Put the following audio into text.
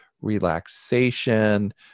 relaxation